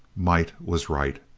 might was right.